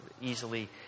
Easily